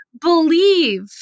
believe